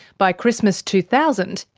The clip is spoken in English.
by christmas two thousand,